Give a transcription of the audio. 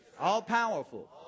all-powerful